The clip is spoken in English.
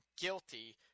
guilty